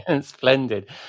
Splendid